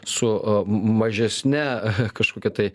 su mažesne kažkokia tai